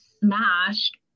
smashed